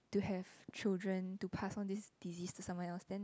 to have children to pass on this disease to someone else then